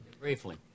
Briefly